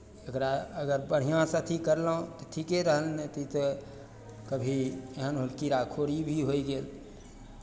एकरा अगर बढ़िआँसँ अथि करलहुँ तऽ ठीके रहल नहि तऽ ई तऽ कभी एहन कीड़ा खौरी भी होय गेल